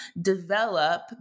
develop